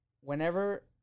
whenever